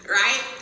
right